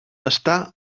està